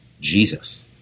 Jesus